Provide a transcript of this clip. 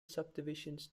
subdivisions